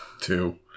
two